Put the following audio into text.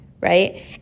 right